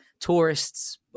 tourists